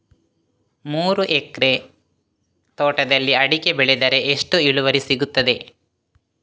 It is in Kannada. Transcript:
ಮೂರು ಎಕರೆ ತೋಟದಲ್ಲಿ ಅಡಿಕೆ ಬೆಳೆದರೆ ಎಷ್ಟು ಇಳುವರಿ ಸಿಗುತ್ತದೆ?